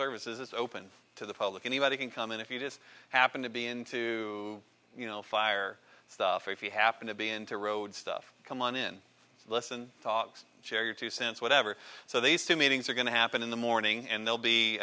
services it's open to the public anybody can come in if you just happen to be into you know fire stuff if you happen to be into road stuff come on in listen talks share your two cents whatever so these two meetings are going to happen in the morning and